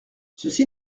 ceci